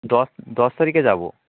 দশ দশ তারিখে যাবো